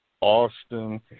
Austin